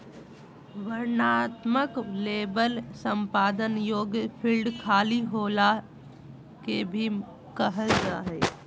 वर्णनात्मक लेबल संपादन योग्य फ़ील्ड खाली होला के भी कहल जा हइ